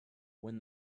when